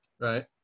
right